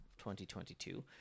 2022